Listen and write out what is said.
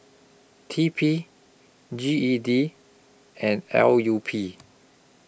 T P G E D and L U P